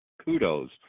Kudos